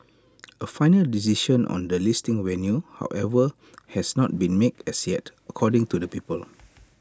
A final decision on the listing venue however has not been made as yet according to the people